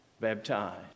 baptized